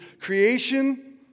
creation